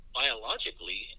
biologically